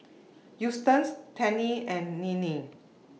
Eustace Tennie and Nealie